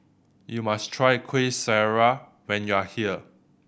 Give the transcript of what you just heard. you must try Kuih Syara when you are here